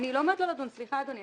אני לא אומרת לא לדון, סליחה, אדוני.